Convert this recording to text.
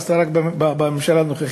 זה נעשה רק בממשלה הנוכחית